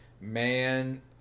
man